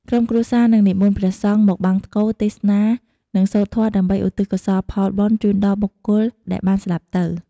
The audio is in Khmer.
ក្រុមគ្រួសារនឹងនិមន្តព្រះសង្ឃមកបង្សុកូល ទេសនា និងសូត្រធម៌ដើម្បីឧទ្ទិសកុសលផលបុណ្យជូនដល់បុគ្គលដែលបានស្លាប់ទៅ។